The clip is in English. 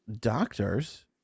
doctors